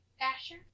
Asher